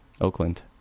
Oakland